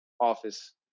office